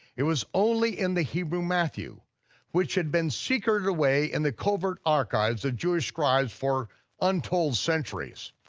it was only in the hebrew matthew which had been secreted away in the covert archives of jewish scribes for untold centuries.